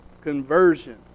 conversion